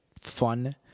fun